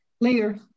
Later